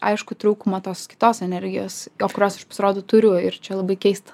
aiškų trūkumą tos kitos energijos o kurios aš pasirodo turiu ir čia labai keista